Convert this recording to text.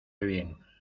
bien